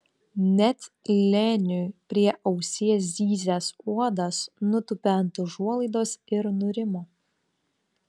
net leniui prie ausies zyzęs uodas nutūpė ant užuolaidos ir nurimo